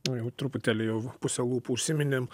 jau truputėlį jau puse lūpų užsiminėm